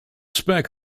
spec